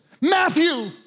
Matthew